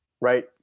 right